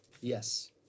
Yes